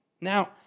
Now